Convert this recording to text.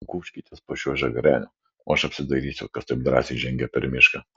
gūžkitės po šiuo žagreniu o aš apsidairysiu kas taip drąsiai žengia per mišką